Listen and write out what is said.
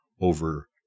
over